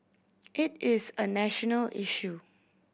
it is a national issue